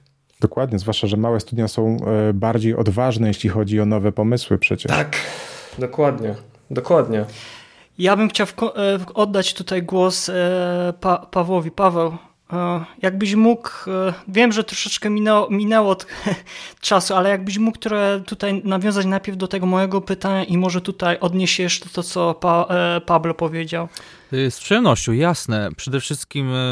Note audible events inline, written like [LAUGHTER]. Dokładnie, zwłaszcza, że małe studia są, e, bardziej odważne, jeśli chodzi o nowe pomysły przecież. Tak, dokładnie, dokładnie. Ja bym chciał w ko- e, w- oddać tutaj głos, e, Pa- Pawłowi. Paweł, e, jakbyś mógł, e, wiem, że troszeczkę minęło- minęło od czasu, [LAUGHS] ale jakbyś mógł trochę tutaj nawiązać najpierw do tego mojego pytania i może tutaj odniesiesz to, co Pa- e, Pablo powiedział. Y, z przyjemnością, jasne. Przede wszystkim, e,